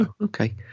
Okay